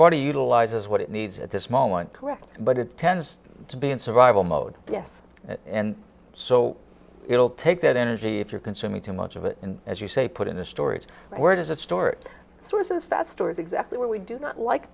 body utilizes what it needs at this moment correct but it tends to be in survival mode yes and so it'll take that energy if you're consuming too much of it and as you say put into storage where it is a storage sources that store is exactly where we do not like